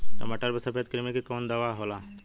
टमाटर पे सफेद क्रीमी के कवन दवा होला?